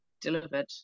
delivered